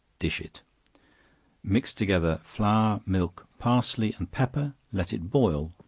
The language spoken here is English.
dish it mix together flour, milk, parsley and pepper, let it boil,